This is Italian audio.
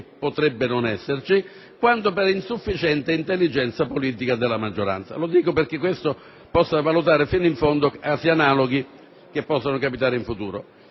potrebbe non esserci, quanto per l'insufficiente intelligenza politica della maggioranza. Lo dico perché si possano valutare fino in fondo casi analoghi che potrebbero capitare in futuro.